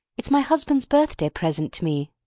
it's my husband's birthday present to me.